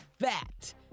fat